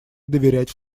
доверять